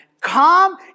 come